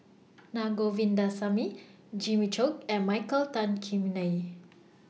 Na Govindasamy Jimmy Chok and Michael Tan Kim Nei